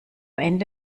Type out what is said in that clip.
ende